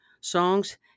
songs